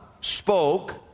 spoke